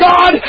God